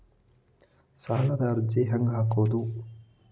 ಸಾಲದ ಅರ್ಜಿ ಹೆಂಗ್ ಹಾಕುವುದು?